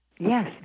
Yes